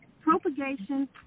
propagation